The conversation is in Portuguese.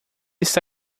está